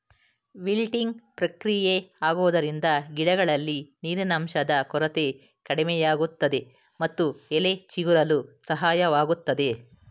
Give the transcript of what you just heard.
wilting ಪ್ರಕ್ರಿಯೆ ಆಗುವುದರಿಂದ ಗಿಡಗಳಲ್ಲಿ ನೀರಿನಂಶದ ಕೊರತೆ ಕಡಿಮೆಯಾಗುತ್ತದೆ ಮತ್ತು ಎಲೆ ಚಿಗುರಲು ಸಹಾಯವಾಗುತ್ತದೆ